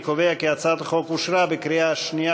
אני קובע כי הצעת החוק אושרה בקריאה שנייה,